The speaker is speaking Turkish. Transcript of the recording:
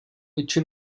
için